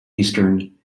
eastern